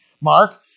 Mark